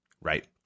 Right